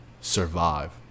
survive